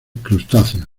crustáceos